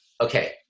okay